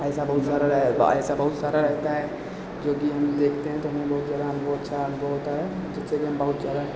ऐसा बहुत सारा रह ऐसा बहुत सारा रहता हैं जो कि हम देखते हैं तो हमें बहुत ज़्यादा अनुभव अच्छा अनुभव होता है जिससे कि हम बहुत ज़्यादा